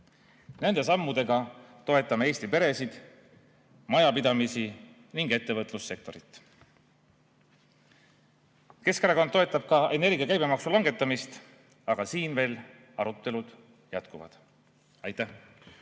Nende sammudega toetame Eesti peresid, majapidamisi ning ettevõtlussektorit. Keskerakond toetab ka energia käibemaksu langetamist, aga siin veel arutelud jätkuvad. Aitäh!